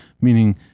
Meaning